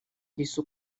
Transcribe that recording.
risa